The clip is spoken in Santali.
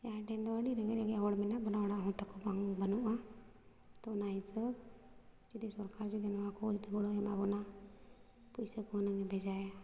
ᱡᱟᱦᱟᱸᱴᱷᱮᱱᱫᱚ ᱟᱹᱰᱤ ᱨᱮᱸᱜᱮᱡᱼᱨᱮᱸᱜᱮᱡ ᱦᱚᱲ ᱢᱮᱱᱟᱜ ᱵᱚᱱᱟ ᱚᱲᱟᱜᱦᱚᱸ ᱛᱟᱠᱚ ᱵᱟᱝ ᱵᱟᱹᱱᱩᱜᱼᱟ ᱛᱚ ᱚᱱᱟ ᱦᱤᱥᱟᱹᱵᱽ ᱡᱩᱫᱤ ᱥᱚᱨᱠᱟᱨ ᱡᱩᱫᱤ ᱱᱚᱣᱟᱠᱚ ᱡᱩᱫᱤ ᱜᱚᱲᱚᱭ ᱮᱢᱟᱵᱚᱱᱟ ᱯᱚᱭᱥᱟ ᱠᱚᱦᱚᱸ ᱦᱩᱱᱟᱹᱝ ᱮ ᱵᱷᱮᱡᱟᱭᱟ